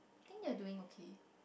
think they're doing okay